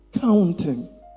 Counting